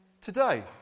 today